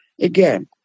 again